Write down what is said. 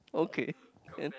okay can